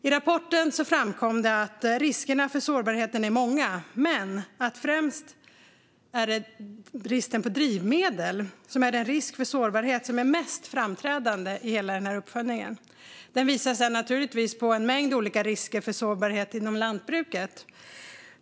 I rapporten framkommer att riskerna för sårbarhet är många men att brist på drivmedel är den risk för sårbarhet som är mest framträdande. Uppföljningen visar att det naturligtvis finns en mängd olika risker för sårbarhet inom lantbruket.